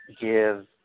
give